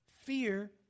Fear